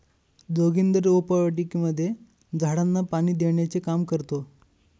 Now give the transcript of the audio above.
जोगिंदर रोपवाटिकेमध्ये झाडांना पाणी देण्याचे काम करतो